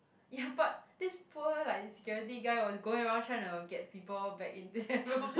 ya but this poor like security guy was going around tryna get people back into their rooms